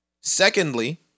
Secondly